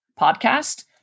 podcast